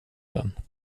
den